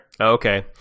okay